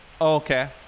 okay